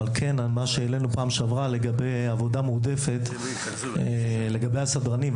אבל כן על מה שהעלינו פעם שעברה לגבי עבודה מועדפת לגבי הסדרנים,